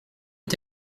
est